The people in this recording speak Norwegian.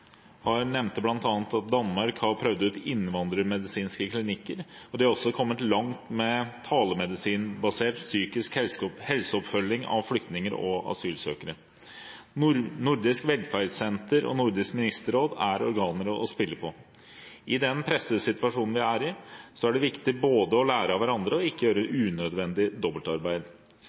at Danmark har prøvd ut innvandrermedisinske klinikker. De har også kommet langt med telemedisinbasert psykisk helseoppfølging av flyktninger og asylsøkere. Nordens velferdssenter og Nordisk ministerråd er organer å spille på. I den pressede situasjonen vi er i, er det viktig både å lære av hverandre og ikke å gjøre